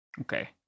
Okay